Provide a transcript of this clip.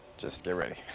just get ready.